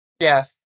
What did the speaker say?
Yes